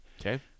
Okay